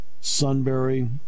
Sunbury